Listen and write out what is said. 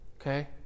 Okay